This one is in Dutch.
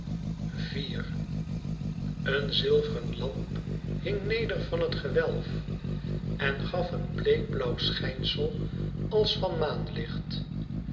een zilvren lamp hing neder van t gewelf en gaf een bleek blauw schijnsel als van